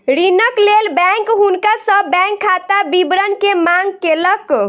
ऋणक लेल बैंक हुनका सॅ बैंक खाता विवरण के मांग केलक